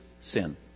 sin